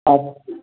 आ